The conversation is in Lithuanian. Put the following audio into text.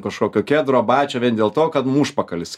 kažkokio kedro abačio vien dėl to kad mum užpakalis